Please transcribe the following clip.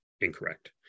incorrect